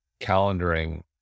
calendaring